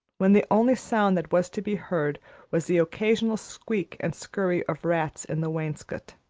when the only sound that was to be heard was the occasional squeak and scurry of rats in the wainscot.